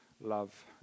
love